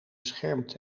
beschermd